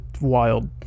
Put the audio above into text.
wild